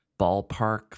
ballpark